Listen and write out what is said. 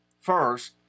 first